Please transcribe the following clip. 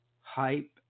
hype